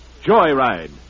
Joyride